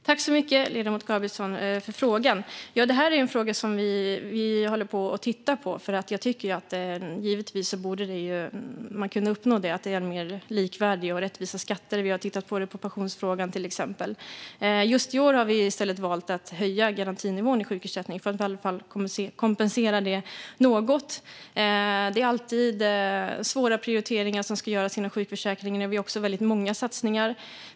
Fru talman! Tack till ledamoten Gabrielsson för frågan! Det här är något som vi tittar på. Givetvis borde man kunna uppnå mer likvärdiga och rättvisa skatter. Vi har tittat på det när det gäller till exempel pensionsfrågan. Just i år har vi valt att i stället höja garantinivån i sjukersättningen för att i alla fall kompensera på något sätt. Det är alltid svåra prioriteringar som ska göras inom sjukförsäkringen. Vi har väldigt många satsningar.